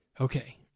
okay